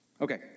Okay